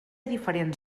diferents